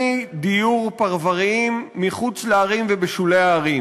דיור פרבריים מחוץ לערים ובשולי הערים.